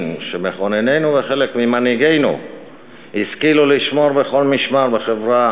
שמכוננינו וחלק ממנהיגינו השכילו לשמור מכל משמר בחברה